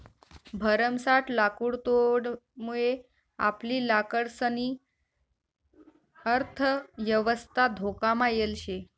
भरमसाठ लाकुडतोडमुये आपली लाकडंसनी अर्थयवस्था धोकामा येल शे